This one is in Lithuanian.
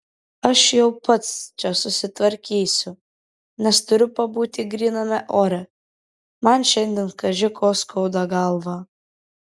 aš jau pats čia susitvarkysiu nes turiu pabūti gryname ore man šiandien kaži ko skauda galvą